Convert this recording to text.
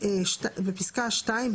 בפסקה (2),